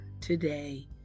today